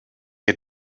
had